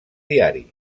diaris